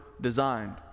designed